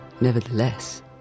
Nevertheless